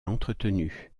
entretenu